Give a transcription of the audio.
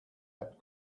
had